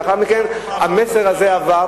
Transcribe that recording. לאחר מכן המסר הזה עבר,